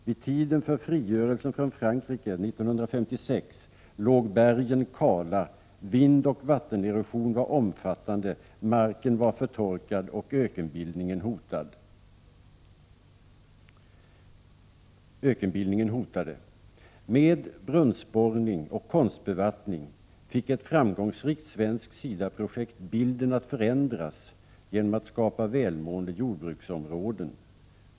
Vid tiden för frigörelsen från Frankrike 1956 låg bergen kala, vindoch vattenerosion var omfattande, marken var förtorkad, och ökenbildning hotade. Med brunnsborrning och konstbevattning fick ett framgångsrikt svenskt SIDA-projekt bilden att förändras genom att skapa välmående jordbruksområden.